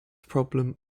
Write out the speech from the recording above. problem